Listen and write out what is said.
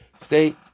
stay